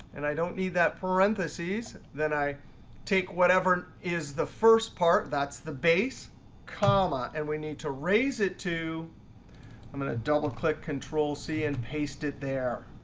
and i don't need that parentheses. then i take whatever is the first part that's the base comma, and we need to raise it to i'm going to double click control c and paste it there.